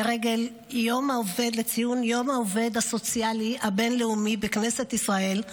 לרגל ציון יום העובד הסוציאלי הבין-לאומי בכנסת ישראל,